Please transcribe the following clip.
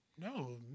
no